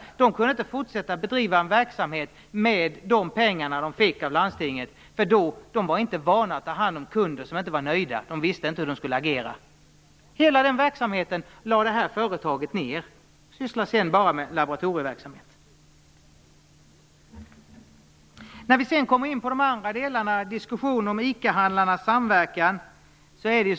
Man kunde inte fortsätta bedriva verksamheten med de pengar man fick från landstinget, för man var inte van att ta hand om kunder som inte var nöjda - man visste inte hur man skulle agera. Företaget lade ned hela verksamheten och sysslade sedan bara med laboratorieverksamhet. Sedan kommer vi in på diskussionen om ICA handlarnas samverkan.